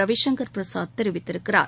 ரவிசங்கர் பிரசாத் தெரிவித்திருக்கிறார்